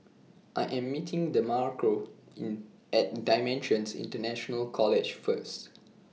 I Am meeting Demarco in At DImensions International College First